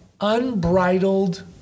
unbridled